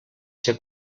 ser